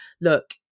look